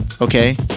Okay